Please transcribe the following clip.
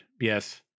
yes